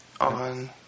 on